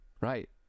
Right